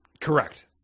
Correct